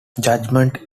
judgement